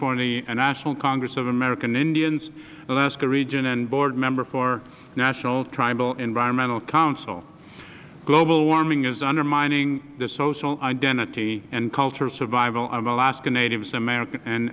the national congress of american indians alaska region and board member for national tribal environmental council global warming is undermining the social identity and cultural survival of alaskan natives and american ind